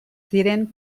ziren